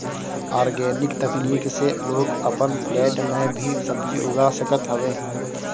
organic तकनीक से लोग अपन फ्लैट में भी सब्जी उगा सकत हवे